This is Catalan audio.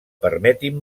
permetin